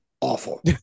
awful